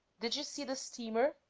did you see the steamer?